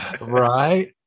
right